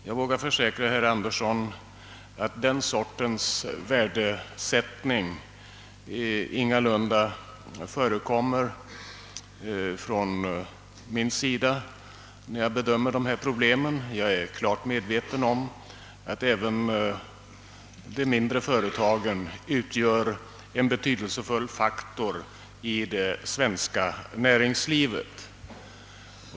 Jag vågar försäkra herr Andersson att den sortens värdesättning ingalunda förekommer från min sida när jag bedömer de här problemen, utan jag är klart medveten om att även de mindre företagen utgör en betydelsefull faktor i det svenska näringslivet.